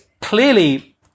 clearly